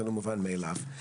זה לא מובן מאליו.